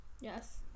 Yes